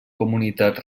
comunitats